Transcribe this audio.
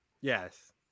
Yes